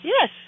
Yes